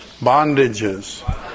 bondages